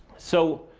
so